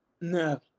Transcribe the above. No